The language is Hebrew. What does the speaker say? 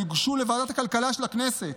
הדוחות יוגשו לוועדת הכלכלה של הכנסת.